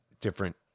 different